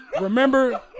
remember